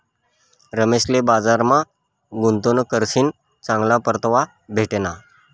रमेशले बजारमा गुंतवणूक करीसन चांगला परतावा भेटना